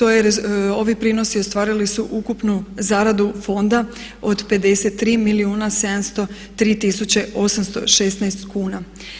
Ovi prinosi ostvarili su ukupnu zaradu fonda od 53 milijuna 703 816 kuna.